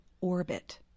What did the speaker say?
orbit